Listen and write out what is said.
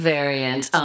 Variant